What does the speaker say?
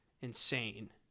insane